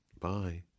Bye